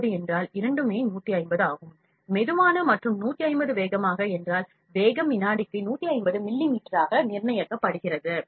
150 என்றால் இரண்டுமே 150 ஆகும் மெதுவான மற்றும் 150 வேகமாக என்றால் வேகம் வினாடிக்கு 150 மில்லிமீட்டராக நிர்ணயிக்கப்படுகிறது